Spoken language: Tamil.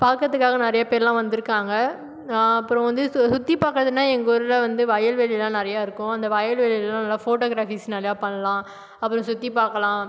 பார்க்கறதுக்காக நிறைய பேரெலாம் வந்திருக்காங்க அப்புறம் வந்து சு சுற்றி பார்க்குறதுனா எங்கள் ஊரில் வந்து வயல்வெளில்லாம் நிறைய இருக்கும் அந்த வயல்வெளில்லாம் நல்லா ஃபோட்டோக்ராபிஸ்லாம் நல்லா பண்ணலாம் அப்புறம் சுற்றி பார்க்கலாம்